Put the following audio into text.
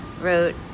wrote